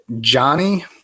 Johnny